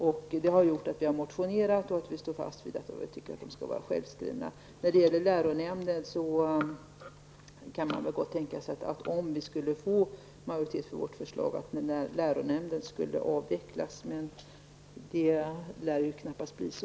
Vi har av den anledningen motionerat i frågan, och vi står fast vid att de bör vara självskrivna på mötet. Om vi skulle få majoritet för vårt förslag kan man väl gott tänka sig att läronämnden skulle avvecklas. Men det lär ju knappast bli så.